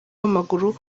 w’amaguru